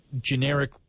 generic